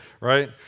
Right